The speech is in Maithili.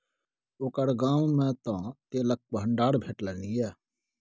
ओकर गाममे तँ तेलक भंडार भेटलनि ये